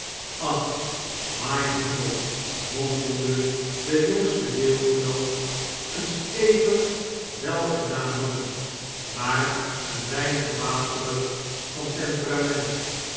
ach mein himmel mompelde de jongste deelgenoot een stevig welgedaan man maar een weinig waterig van temperament